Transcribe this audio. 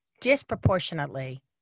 disproportionately